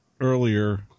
earlier